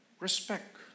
Respect